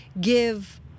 give